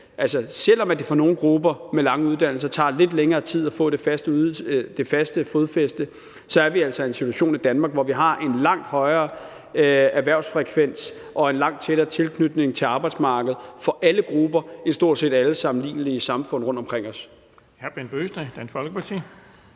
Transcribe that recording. selv om det for nogle grupper med lange uddannelser tager lidt længere tid at få det faste fodfæste, altså er i en situation i Danmark, hvor vi har en langt højere erhvervsfrekvens og en langt tættere tilknytning til arbejdsmarkedet for alle grupper i forhold til stort set alle sammenlignelige samfund rundt omkring os.